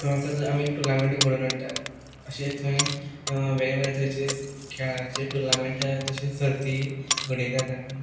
तसोच आमी हे टोर्नामेंट घडोवन हाडटा अशें थंय वेग वेगळे तरेचे खेळांचे टोर्नामेंट तशेंच सर्ती घडयतात आमी